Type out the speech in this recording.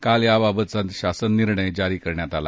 काल याबाबतचा शासन निर्णय जारी करण्यात आला